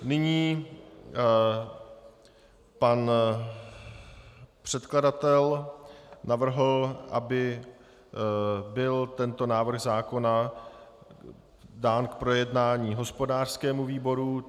Nyní pan předkladatel navrhl, aby byl tento návrh zákona dán k projednání hospodářskému výboru.